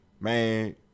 man